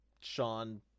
Sean